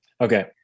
Okay